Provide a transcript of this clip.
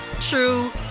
true